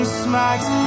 smacks